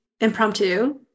impromptu